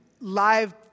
live